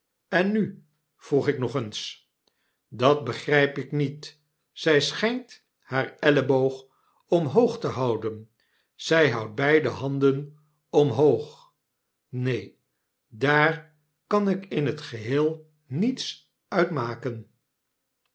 en nu p vroeg ik nog eens dat begryp ik niet zy schijnt haar elleboog omhoog te houden zij houdt beide handen omhoog neen daar kan ik in'tgeheel niets uit